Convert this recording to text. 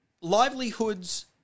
livelihoods